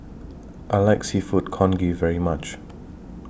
I like Seafood Congee very much